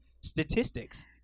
statistics